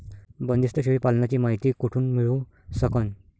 बंदीस्त शेळी पालनाची मायती कुठून मिळू सकन?